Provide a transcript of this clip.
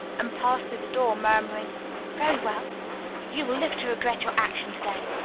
and passed through the door, murmuring very well you will live to regret your action today.